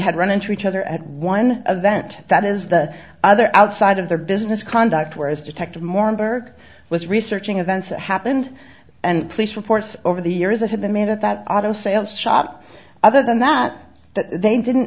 had run into each other at one event that is the other outside of their business conduct whereas detective moore and burke was researching events happened and police reports over the years that had been made at that auto sales shop other than that they didn't